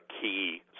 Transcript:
key